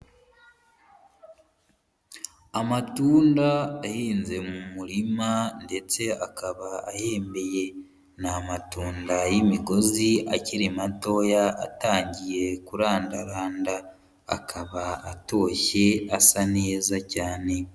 Amatunda ahinze mu murima ndetse akaba ahembeye. Ni amatunda y'imigozi akiri matoya atangiye kurandaranda, akaba atoshye asa neza cyane.